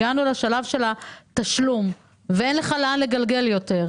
הגענו לשלב של התשלום ואין לך לאן לגלגל יותר,